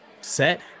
set